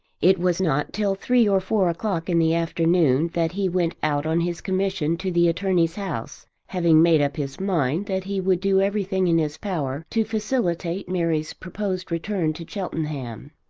it was not till three or four o'clock in the afternoon that he went out on his commission to the attorney's house, having made up his mind that he would do everything in his power to facilitate mary's proposed return to cheltenham.